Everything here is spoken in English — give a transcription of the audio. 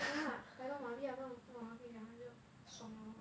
yeah 百多 !wah! 跟你讲他就爽 liao lor